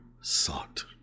sought